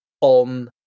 on